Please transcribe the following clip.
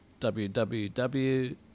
www